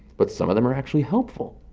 but some of them are actually helpful.